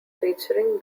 featuring